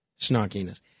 snarkiness